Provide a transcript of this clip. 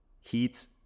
heat